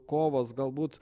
kovos galbūt